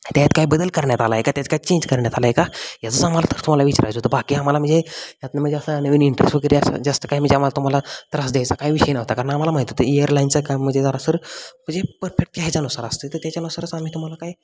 त्याच्यात काय बदल करण्यात आला आहे का त्यात काय चेंज करण्यात आला आहे का याचा आम्हाला तसं तुम्हाला विचारायचं होतं बाकी आम्हाला म्हणजे यातनं म्हणजे असं नवीन इंटरेस्ट वगैरे असं जास्त काय म्हणजे आम्हाला तुम्हाला त्रास द्यायचा काही विषय नव्हता कारण आम्हाला माहीत होत इअरलाईनचा काय म्हणजे जरा सर म्हणजे परफेक्ट त्या ह्याच्यानुसार असते तर त्याच्यानुसारच आम्ही तुम्हाला काय